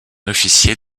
officier